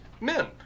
men